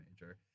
major